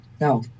No